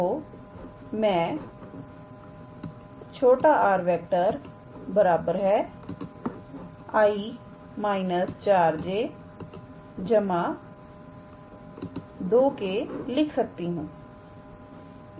तोमैं 𝑟⃗ 𝑖̂− 𝑗̂ 2𝑘̂ लिख सकती हूं